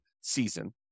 season